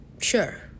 sure